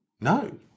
No